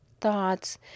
Thoughts